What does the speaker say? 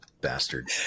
Bastard